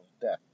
death